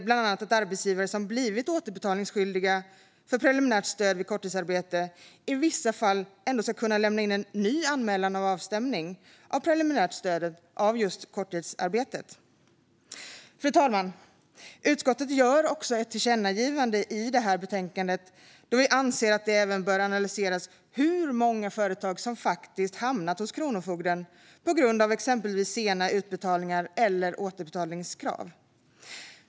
Bland annat ska arbetsgivare som blivit återbetalningsskyldiga för preliminärt stöd vid korttidsarbete i vissa fall kunna lämna in en ny anmälan om avstämning av detta stöd. Fru talman! Utskottet föreslår också ett tillkännagivande i detta betänkande då vi anser att man även bör analysera hur många företag som hamnat hos kronofogden på grund av exempelvis sena utbetalningar eller återbetalningskrav.